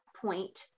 point